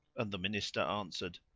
and the minister answered,